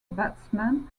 batsman